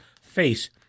face